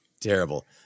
terrible